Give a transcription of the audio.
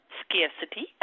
scarcity